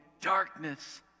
darkness